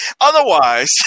otherwise